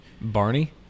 Barney